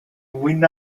win